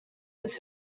its